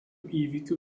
įvykių